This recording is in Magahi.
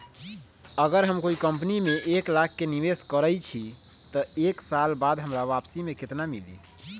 अगर हम कोई कंपनी में एक लाख के निवेस करईछी त एक साल बाद हमरा वापसी में केतना मिली?